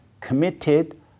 committed